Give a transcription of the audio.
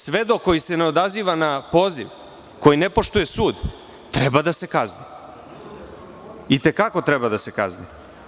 Svedok koji se ne odaziva na poziv, koji ne poštuje sud, treba da se kazni, i te kako treba da se kazni.